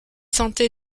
santé